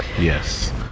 Yes